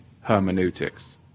hermeneutics